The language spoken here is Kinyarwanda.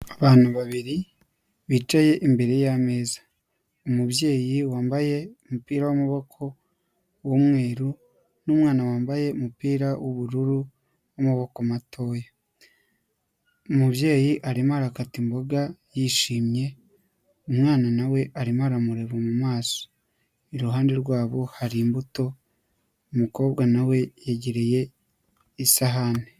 Abantu babiri bicaye imbere y'ameza, umubyeyi wambaye umupira w'amaboko w'umweru n'umwana wambaye umupira w'ubururu w'amaboko matoya. Umubyeyi arimo arakata imboga yishimye, umwana na we arimo aramureba mu maso, iruhande rwabo hari imbuto, umukobwa na we yegereye isahane.